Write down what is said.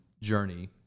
journey